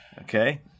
Okay